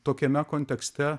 tokiame kontekste